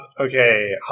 Okay